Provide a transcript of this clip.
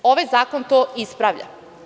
Ovaj zakon to ispravlja.